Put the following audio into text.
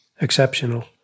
exceptional